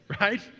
right